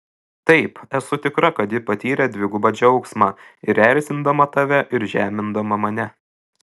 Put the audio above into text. taip esu tikra kad ji patyrė dvigubą džiaugsmą ir erzindama tave ir žemindama mane